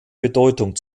bedeutung